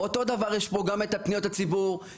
יש כאן גם את פניות הציבור,